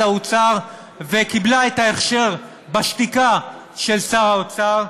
האוצר וקיבלה את ההכשר בשתיקה של שר האוצר,